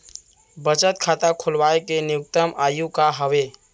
बचत खाता खोलवाय के न्यूनतम आयु का हवे?